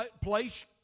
place